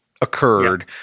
occurred